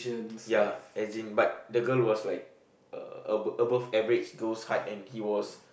ya as in but the girl was like uh a~ above average girls' height and he was